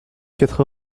quatre